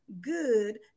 good